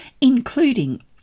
including